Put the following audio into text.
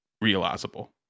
realizable